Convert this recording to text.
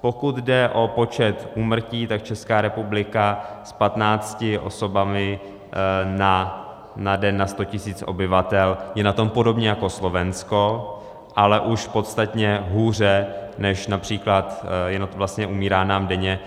Pokud jde o počet úmrtí, tak Česká republika s 15 osobami na den na 100 000 obyvatel je na tom podobně jako Slovensko, ale už podstatně hůře než například vlastně umírá nám denně